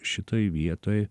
šitoj vietoj